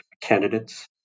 candidates